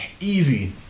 easy